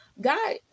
God